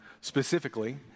specifically